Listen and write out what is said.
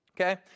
okay